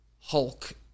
Hulk